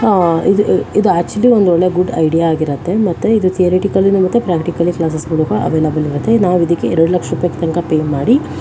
ಇದು ಇದು ಆ್ಯಕ್ಚುಲಿ ಒಂದೊಳ್ಳೆಯ ಗುಡ್ ಐಡಿಯಾ ಆಗಿರತ್ತೆ ಮತ್ತು ಇದು ಥಿಯರಿಟಿಕಲಿಯೂ ಮತ್ತು ಪ್ರಾಕ್ಟಿಕಲಿ ಕ್ಲಾಸಸ್ಗಳು ಕೂಡ ಅವೈಲಬಲಿರತ್ತೆ ನಾವಿದಕ್ಕೆ ಎರಡು ಲಕ್ಷ ರೂಪಾಯಿ ತನಕ ಪೇ ಮಾಡಿ